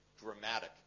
dramatic